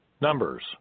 Numbers